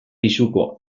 pisuko